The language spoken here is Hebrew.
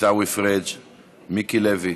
עיסאווי פריג'; מיקי לוי,